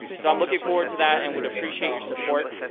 so i'm looking forward to that and would appreciate your support.